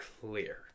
clear